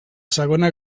segona